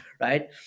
Right